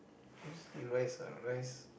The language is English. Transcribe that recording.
I just eat rice ah rice